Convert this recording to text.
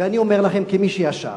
ואני אומר לכם כמי שישב,